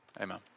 Amen